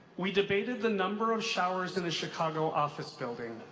we debated the number of showers in a chicago office building.